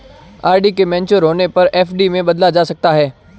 RD के mature होने पर इसे एफ.डी में बदला जा सकता है